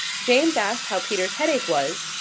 james asked how peter's headache was,